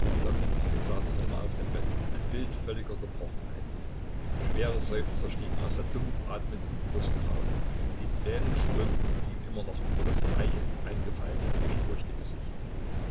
saß noch immer auf dem bett ein bild völliger gebrochenheit schwere seufzer stiegen aus der dumpf atmenden brust herauf und die tränen strömten ihm noch immer über das bleiche eingefallene durchfurchte gesicht